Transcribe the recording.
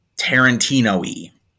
tarantino-y